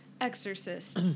Exorcist